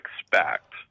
expect